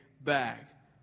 back